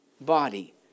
body